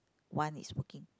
one is working